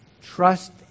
Trust